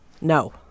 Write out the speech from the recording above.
No